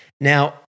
Now